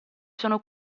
sono